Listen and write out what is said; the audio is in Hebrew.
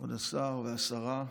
כבוד השר והשרה,